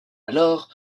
alors